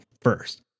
first